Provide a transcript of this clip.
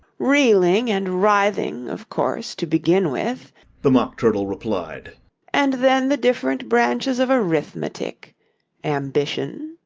reeling and writhing, of course, to begin with the mock turtle replied and then the different branches of arithmetic ambition,